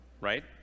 Right